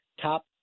top